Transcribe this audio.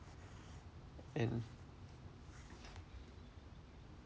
and